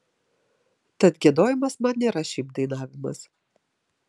tad giedojimas man nėra šiaip dainavimas